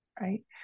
Right